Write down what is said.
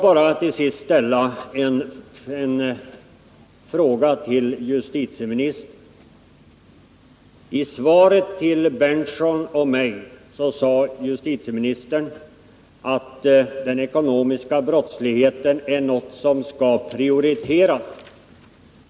I svaret till Nils Berndtson och mig sade justitieministern att kampen mot den ekonomiska brottsligheten skall prioriteras.